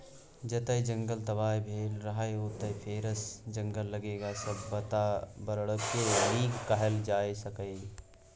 जतय जंगल तबाह भेल रहय ओतय फेरसँ जंगल लगेलाँ सँ बाताबरणकेँ नीक कएल जा सकैए